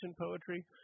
poetry